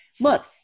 Look